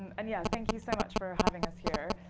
and and yeah, thank you so much for having us here.